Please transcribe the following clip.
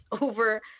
over